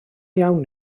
iawn